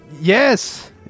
Yes